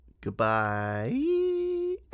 Goodbye